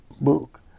book